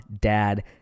dad